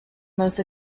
most